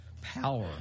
power